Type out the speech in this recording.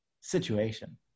situation